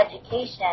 education